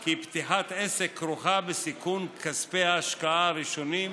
כי פתיחת עסק כרוכה בסיכון כספי ההשקעה הראשוניים,